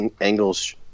angles